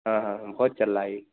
हाँ हाँ हाँ बहुत चल रहा है यह